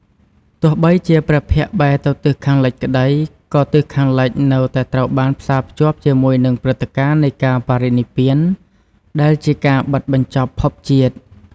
ទោះបីជាព្រះភ័ក្ត្របែរទៅទិសខាងលិចក្ដី ក៏ទិសខាងលិចនៅតែត្រូវបានផ្សារភ្ជាប់ជាមួយនឹងព្រឹត្តិការណ៍នៃការបរិនិព្វាន ដែលជាការបិទបញ្ចប់ភពជាតិ។